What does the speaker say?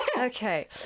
Okay